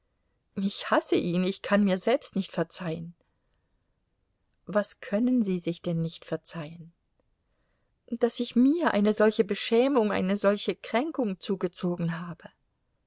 ich hasse ihn ich kann mir selbst nicht verzeihen was können sie sich denn nicht verzeihen daß ich mir eine solche beschämung eine solche kränkung zugezogen habe